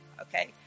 Okay